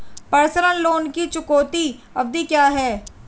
Personal loan की चुकौती अवधि क्या है?